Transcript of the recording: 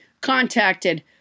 contacted